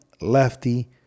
lefty